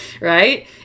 Right